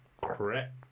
crap